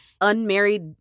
unmarried